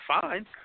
fine